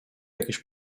jakiś